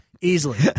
Easily